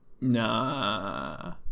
Nah